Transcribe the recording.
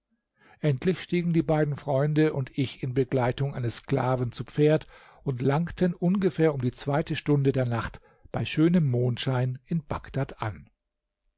endlich stiegen die beiden freunde und ich in begleitung eines sklaven zu pferd und langten ungefähr um die zweite stunde der nacht bei schönem mondschein in bagdad an